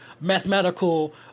mathematical